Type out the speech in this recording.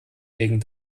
legen